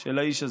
של האיש הזה?